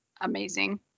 Amazing